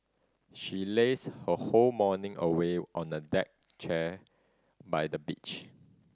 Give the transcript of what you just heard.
she lazed her whole morning away on a deck chair by the beach